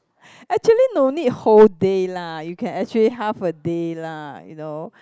actually no need whole day lah you can actually half a day lah you know